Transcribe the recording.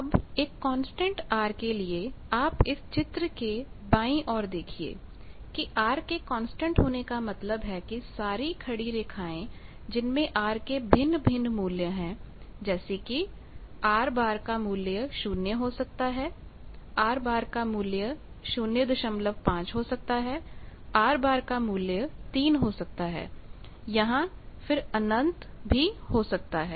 अब एक constant R के लिए आप इस चित्र के बाई और देखिए कि R के कांस्टेंट होने का मतलब है कि सारी खड़ी रेखाएं जिनमें आर के भिन्न भिन्न मूल्य हैजैसे कि R कामूल्य 0 हो सकता है R कामूल्य 05 हो सकता है R कामूल्य 3 हो सकता है यहां फिर अनंत हो सकता है